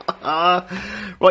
Right